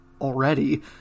already